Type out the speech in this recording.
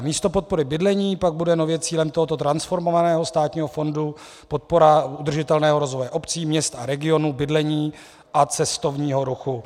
Místo podpory bydlení pak bude nově cílem tohoto transformovaného státního fondu podpora udržitelného rozvoje obcí, měst a regionů, bydlení a cestovního ruchu.